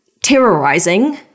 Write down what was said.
terrorizing